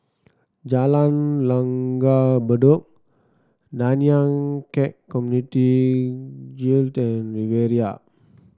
Jalan Langgar Bedok Nanyang Khek Community Guild and Riviera